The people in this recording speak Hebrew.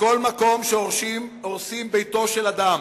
שבכל מקום שהורסים ביתו של אדם,